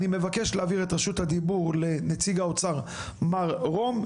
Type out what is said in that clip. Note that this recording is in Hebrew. אני מבקש להעביר את רשות הדיבור לנציג האוצר מר רום,